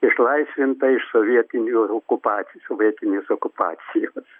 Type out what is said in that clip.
išlaisvinta iš sovietinių okupacijų sovietinės okupacijos